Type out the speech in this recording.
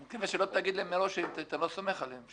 אני מקווה שלא תגיד להם מראש שאתה לא סומך עליהם,